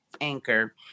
Anchor